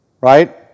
right